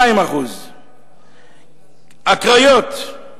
ל-22%; הקריות,